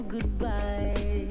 Goodbye